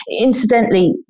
incidentally